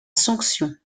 sanction